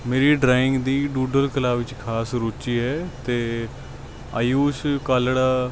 ਮੇਰੀ ਡਰਾਇੰਗ ਦੀ ਡੂਡਰ ਕਲਾ ਵਿੱਚ ਖਾਸ ਰੁਚੀ ਹੈ ਅਤੇ ਆਯੂਸ਼ ਕਾਲੜਾ